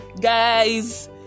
guys